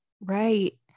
Right